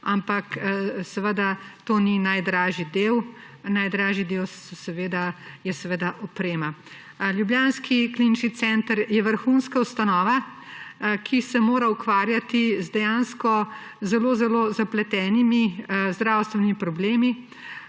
Ampak to ni najdražji del, najdražji del je seveda oprema. Ljubljanski klinični center je vrhunska ustanova, ki se mora ukvarjati z zelo zelo zapletenimi zdravstvenimi problemi,